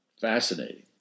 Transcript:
fascinating